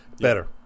Better